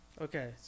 Okay